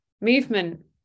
movement